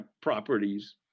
properties